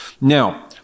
Now